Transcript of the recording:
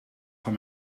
van